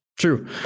True